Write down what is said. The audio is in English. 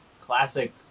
classic